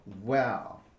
wow